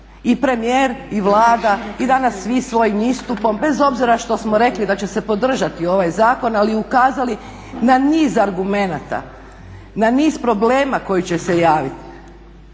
I premijer i Vlada i danas svi svojim istupom bez obzira što smo rekli da će se podržati ovaj zakon ali i ukazali na niz argumenata, na niz problema koji će se javiti